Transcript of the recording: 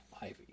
ivy